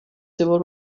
civil